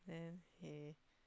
then he